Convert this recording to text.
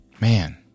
Man